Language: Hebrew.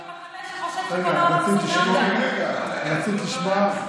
חברת הכנסת שטרית, רצית לשמוע?